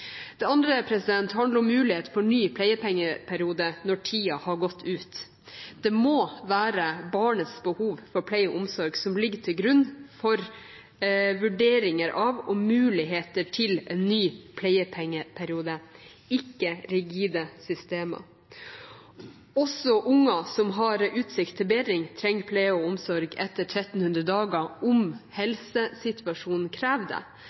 Det andre handler om mulighet for ny pleiepengeperiode når tiden har gått ut. Det må være barnets behov for pleie og omsorg som ligger til grunn for vurderingen av og muligheten for en ny pleiepengeperiode, ikke rigide systemer. Også barn som har utsikt til bedring, trenger pleie og omsorg etter 1 300 dager om